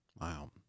Wow